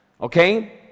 okay